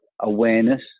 awareness